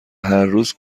هرروز